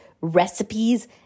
recipes